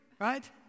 Right